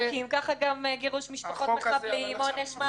כך גם גירוש משפחות מחבלים, עונש מוות.